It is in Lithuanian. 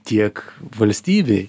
tiek valstybei